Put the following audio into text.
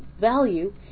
value